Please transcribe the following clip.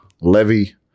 Levy